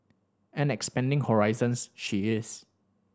and expanding horizons she is